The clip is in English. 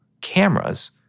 cameras